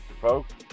folks